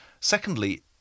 Secondly